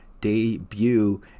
debut